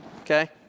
okay